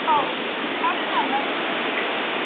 आव मा बुङामोन